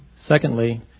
Secondly